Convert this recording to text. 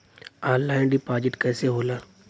Online deposit कैसे होला?